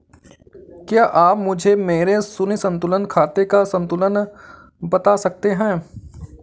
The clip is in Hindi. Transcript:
क्या आप मुझे मेरे शून्य संतुलन खाते का संतुलन बता सकते हैं?